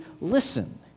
listen